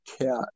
cat